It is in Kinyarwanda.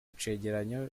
cegeranyo